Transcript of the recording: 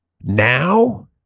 now